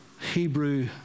Hebrew